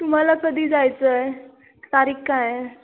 तुम्हाला कधी जायचं आहे तारीख काय आहे